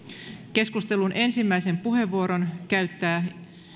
keskustelun ensimmäisen puheenvuoron käyttää